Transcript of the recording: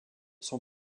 son